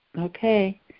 Okay